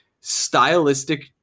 stylistic